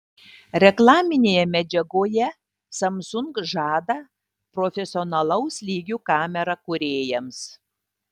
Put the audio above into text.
reklaminėje medžiagoje samsung žada profesionalaus lygio kamerą kūrėjams